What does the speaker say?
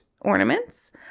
ornaments